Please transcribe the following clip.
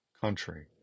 country